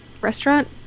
restaurant